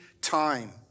time